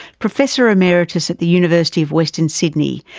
professor emeritus at the university of western sydney,